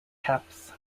caps